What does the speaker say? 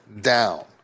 down